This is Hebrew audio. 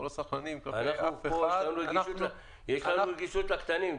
יש לנו רגישות לקטנים.